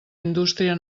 indústria